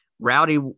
Rowdy